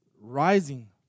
rising